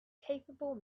capable